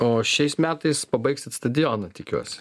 o šiais metais pabaigsite stadioną tikiuosi